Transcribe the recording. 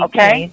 Okay